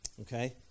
okay